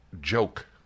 joke